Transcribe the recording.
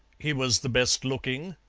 he was the best looking,